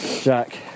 Jack